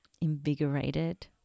invigorated